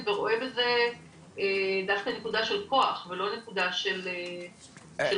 ורואה בזה דווקא נקודה של כוח ולא נקודה של חולשה.